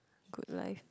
good life